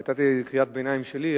היתה קריאת ביניים שלי,